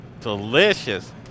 Delicious